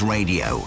Radio